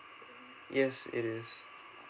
yes it is